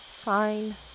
Fine